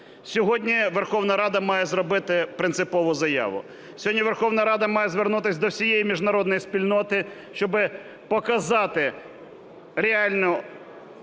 Сьогодні Верховна Рада має зробити принципову заяву, сьогодні Верховна Рада має звернутися до всієї міжнародної спільноти, щоб показати реальну